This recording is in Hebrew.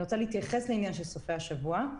אני רוצה להתייחס לעניין של סופי השבוע.